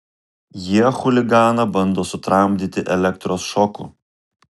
jie chuliganą bando sutramdyti elektros šoku